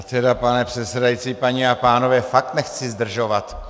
Já tedy, pane předsedající, paní a pánové, fakt nechci zdržovat.